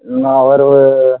என்ன ஒரு